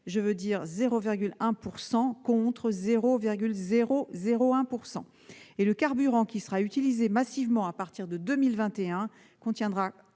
des voitures- 0,1 % contre 0,001 % -et le carburant qui sera utilisé massivement à partir de 2021 contiendrait